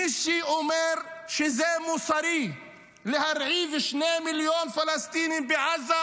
מי שאומר שזה מוסרי להרעיב שני מיליון פלסטינים בעזה,